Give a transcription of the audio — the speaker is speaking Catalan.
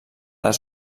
les